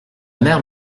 mère